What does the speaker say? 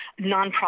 nonprofit